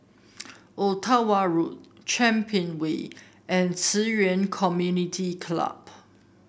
Ottawa Road Champion Way and Ci Yuan Community Club